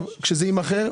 כשזה יימכר,